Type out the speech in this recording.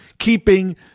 Keeping